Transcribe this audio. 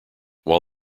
while